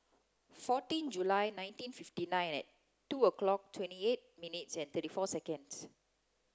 fourteen July nineteen fifty nine at two o'clock twenty eight minutes and thirty four seconds